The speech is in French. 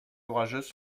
courageuses